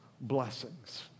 blessings